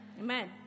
Amen